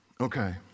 Okay